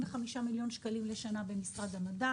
מדובר על 25 מיליון שקלים בשנה במשרד המדע